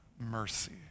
mercy